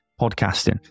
podcasting